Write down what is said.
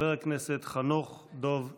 חבר הכנסת חנוך דב מלביצקי.